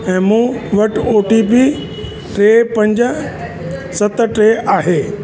ऐं मूं वटि ओटीपी टे पंज सत टे आहे